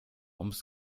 ums